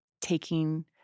taking